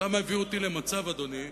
אתה מביא אותי למצב, אדוני,